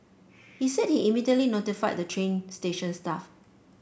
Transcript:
he said he immediately notified the train station staff